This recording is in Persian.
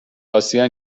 آسیا